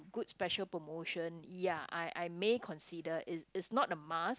good special promotion ya I I may consider is it's not a must